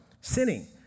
sinning